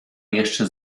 jeszcze